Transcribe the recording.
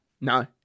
No